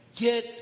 Get